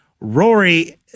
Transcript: Rory